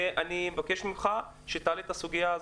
אני מבקש ממך שתעלה את הסוגיה הזאת,